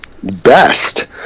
best